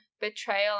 Betrayal